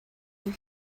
you